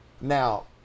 Now